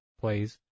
plays